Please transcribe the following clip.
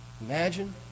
Imagine